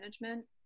management